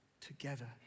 together